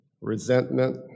resentment